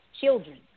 children